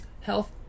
health